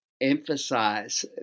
emphasize